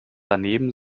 daneben